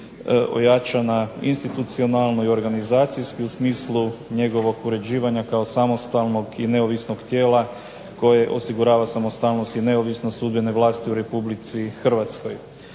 ojačana institucionalno i organizacijski u smislu njegovog uređivanja kao samostalnog i neovisnog tijela koje osigurava samostalnost i neovisnost sudbene vlasti u RH. Uređeno